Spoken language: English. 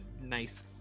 nice